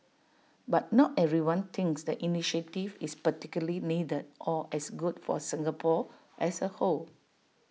but not everyone thinks the initiative is particularly needed or as good for Singapore as A whole